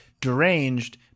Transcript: deranged